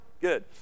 good